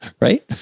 Right